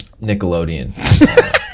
Nickelodeon